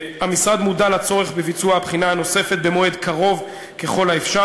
המשרד מודע לצורך בביצוע הבחינה הנוספת במועד קרוב ככל האפשר,